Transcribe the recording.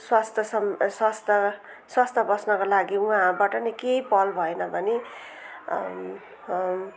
स्वास्थ्य सम् स्वास्थ्य स्वस्थ बस्नको लागि उहाँबाट नै केही पहल भएन भने